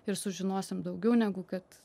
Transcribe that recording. ir sužinosim daugiau negu kad